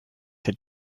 had